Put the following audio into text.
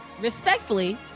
Respectfully